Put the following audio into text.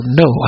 no